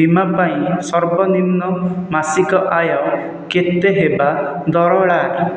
ବୀମା ପାଇଁ ସର୍ବନିମ୍ନ ମାସିକ ଆୟ କେତେ ହେବା ଦରକାର